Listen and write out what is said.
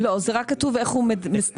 לא, רק כתוב איך הוא מדווח.